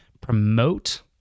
promote